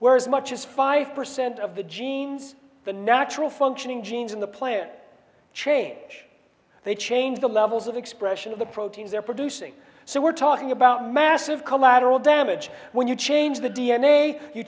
where as much as five percent of the genes the natural functioning genes in the plant change they change the levels of expression of the proteins they're producing so we're talking about massive collateral damage when you change the d n a you